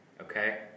Okay